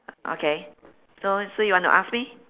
okay so so you want to ask me